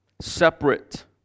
separate